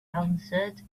answered